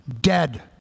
dead